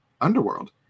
Underworld